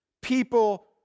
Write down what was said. people